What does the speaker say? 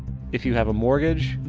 if you have a mortgage,